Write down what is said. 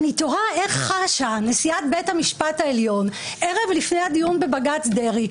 אני תוהה איך חשה נשיאת בית המשפט העליון ערב לפני הדיון בבג"ץ דרעי,